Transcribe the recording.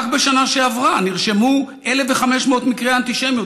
רק בשנה שעברה נרשמו 1,500 מקרי אנטישמיות